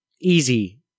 easy